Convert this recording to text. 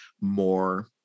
more